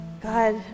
God